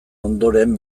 ondoren